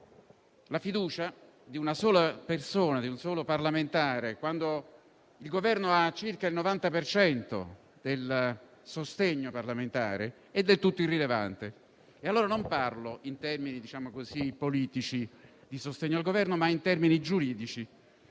la fiducia di una sola persona, di un solo parlamentare, quando il Governo ha circa il 90 per cento del sostegno parlamentare, è del tutto irrilevante e allora non parlo in termini politici di sostegno al Governo, ma in termini giuridici.